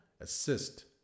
assist